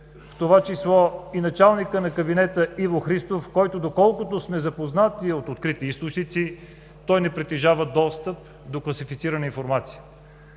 в това число и началникът на кабинета Иво Христов, който, доколкото сме запознати от открити източници, не притежава достъп до класифицирана информация.